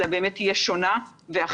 אלא באמת תהיה שונה ואחרת,